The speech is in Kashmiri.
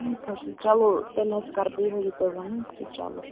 ٹھیٖک حظ چھُ چلو تیٚلہِ حظ کَرٕ بہٕ یِہَے یہِ تۄہہِ ووٚنوٕ چلو خۅدا حافظ